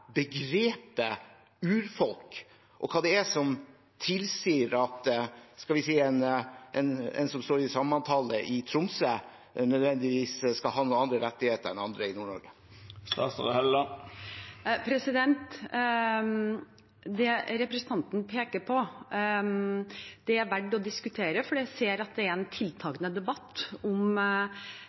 begrepet «urfolk», og hva det er som tilsier at en som står i samemanntallet i Tromsø, nødvendigvis skal ha noen andre rettigheter enn andre i Nord-Norge? Det representanten peker på, er verdt å diskutere, for jeg ser at det er en tiltakende debatt om